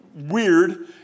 weird